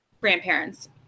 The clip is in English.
grandparents